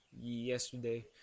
yesterday